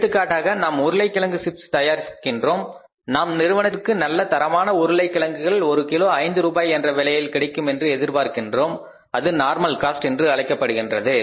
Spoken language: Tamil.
எடுத்துக்காட்டாக நாம் உருளைக்கிழங்கு சிப்ஸ் தயாரிக்கிறோம் நாம் நிறுவனத்திற்கு நல்ல தரமான உருளைக்கிழங்குகள் ஒரு கிலோ 5 ரூபாய் என்ற விலையில் கிடைக்கும் என்று எதிர்பார்க்கின்றோம் அது நார்மல் காஸ்ட் என்று அழைக்கப்படுகின்றது